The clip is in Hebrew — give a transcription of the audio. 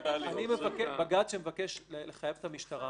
--- בג"ץ שמבקש לחייב את המשטרה